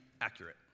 accurate